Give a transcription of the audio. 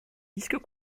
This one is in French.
disques